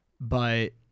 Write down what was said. but-